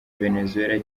venezuela